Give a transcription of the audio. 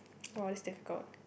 !wah! this is difficult